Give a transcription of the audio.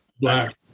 black